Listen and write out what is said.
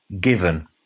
given